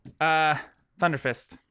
Thunderfist